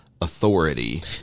authority